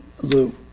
Lou